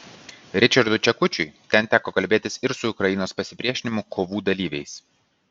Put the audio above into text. ričardui čekučiui ten teko kalbėtis ir su ukrainos pasipriešinimo kovų dalyviais